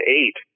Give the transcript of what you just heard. eight